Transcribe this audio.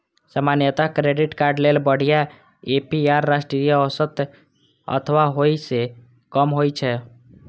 सामान्यतः credit card लेल बढ़िया ए.पी.आर राष्ट्रीय औसत अथवा ओइ सं कम होइ छै